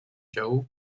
joe